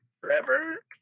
forever